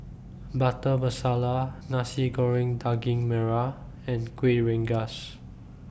Butter Masala Nasi Goreng Daging Merah and Kueh Rengas